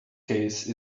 case